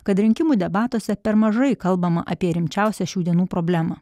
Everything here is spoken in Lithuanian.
kad rinkimų debatuose per mažai kalbama apie rimčiausią šių dienų problemą